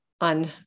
on